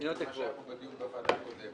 מה שהיה פה בדיון בשעה הקודמת.